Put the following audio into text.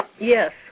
Yes